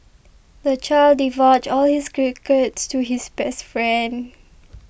the child divulged all his to his best friend